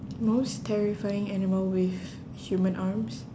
most terrifying animal with human arms